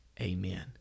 Amen